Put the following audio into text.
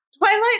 Twilight